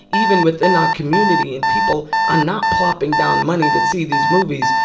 even within our community, and people are not plopping down money to see these movies,